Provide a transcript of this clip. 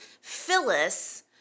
Phyllis